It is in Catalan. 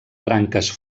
branques